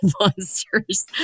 monsters